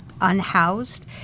unhoused